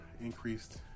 increased